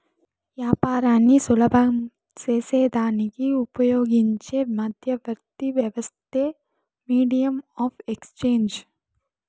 యాపారాన్ని సులభం సేసేదానికి ఉపయోగించే మధ్యవర్తి వ్యవస్థే మీడియం ఆఫ్ ఎక్స్చేంజ్